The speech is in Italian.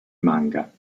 manga